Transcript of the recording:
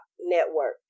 network